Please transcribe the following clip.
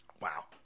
Wow